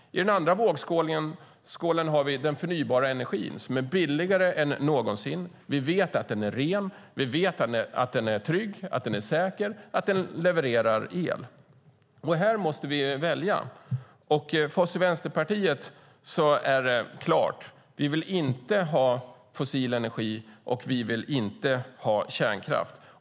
I den andra vågskålen har vi den förnybara energin som är billigare än någonsin. Vi vet att den är ren, vi vet att den är trygg, att den är säker, att den levererar el. Här måste vi välja. För oss i Vänsterpartiet är det klart att vi inte vill ha fossil energi och inte heller kärnkraft.